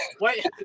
Wait